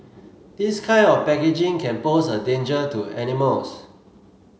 this kind of packaging can pose a danger to animals